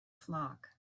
flock